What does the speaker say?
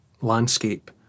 landscape